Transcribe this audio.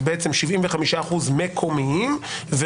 בעצם 75% מקומיים.